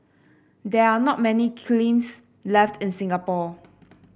there are not many kilns left in Singapore